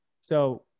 So-